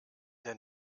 der